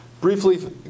briefly